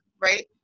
right